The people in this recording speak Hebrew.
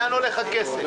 לאן הולך הכסף?